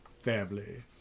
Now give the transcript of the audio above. family